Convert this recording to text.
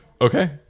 okay